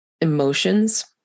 emotions